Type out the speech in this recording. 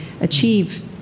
achieve